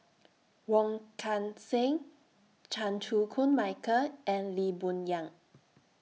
Wong Kan Seng Chan Chew Koon Michael and Lee Boon Yang